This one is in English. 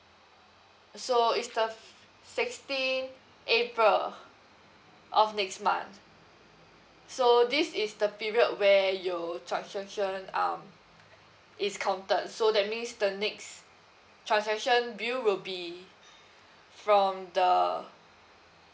uh so it's the f~ sixteenth april of next month so this is the period where your transaction um is counted so that means the next transaction bill will be from the